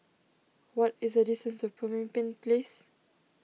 what is the distance to Pemimpin Place